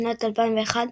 ובשנת 2001,